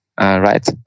right